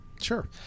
Sure